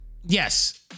yes